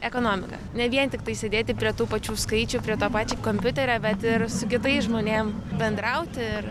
ekonomiką ne vien tiktai sėdėti prie tų pačių skaičių prie to pačio kompiuterio bet ir su kitais žmonėm bendrauti ir